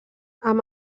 amb